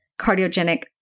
cardiogenic